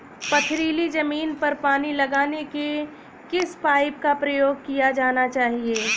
पथरीली ज़मीन पर पानी लगाने के किस पाइप का प्रयोग किया जाना चाहिए?